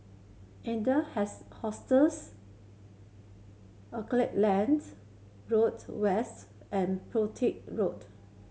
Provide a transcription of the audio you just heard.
Adler has Hostels Auckland Road West and Petir Road